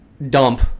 dump